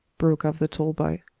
broke off the tall boy.